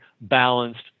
balanced